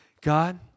God